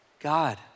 God